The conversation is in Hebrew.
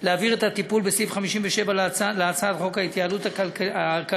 להעביר את הטיפול בסעיף 57 להצעת חוק ההתייעלות הכלכלית,